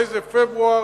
איזה פברואר?